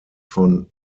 von